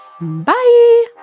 Bye